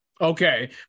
Okay